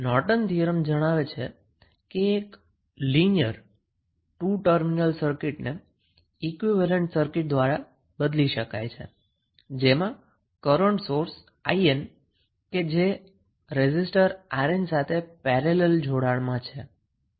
નોર્ટનનો theorem જણાવે છે કે એક લિનિયર 2 ટર્મિનલ સર્કિટ ને ઈક્વીવેલેન્ટ સર્કીટ દ્વારા બદલી શકાય છે જેમાં કરન્ટ સોર્સ 𝐼𝑁 કે જે રેઝિસ્ટર 𝑅𝑁 સાથે પેરેલલ જોડાણમાં છે